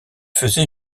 faisait